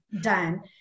done